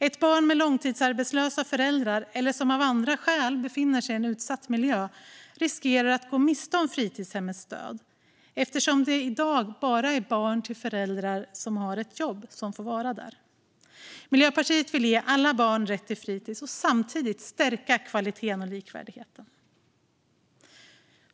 Ett barn som har långtidsarbetslösa föräldrar eller som av andra skäl befinner sig i en utsatt miljö riskerar att gå miste om fritidshemmets stöd eftersom det i dag bara är barn till föräldrar som har ett jobb som får vara där. Miljöpartiet vill ge alla barn rätt till fritis och samtidigt stärka kvaliteten och likvärdigheten.